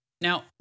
Now